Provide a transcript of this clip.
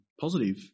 positive